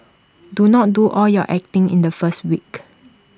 do not do all your acting in the first week